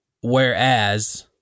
whereas